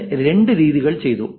ഇതിനു രണ്ട് രീതികൾ ചെയ്തു